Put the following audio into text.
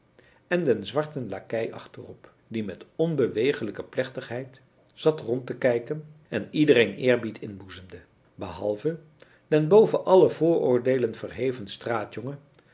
en den zwarten lakei achterop die met onbewegelijke plechtigheid zat rond te kijken en iedereen eerbied inboezemde behalve den boven alle vooroordeelen verheven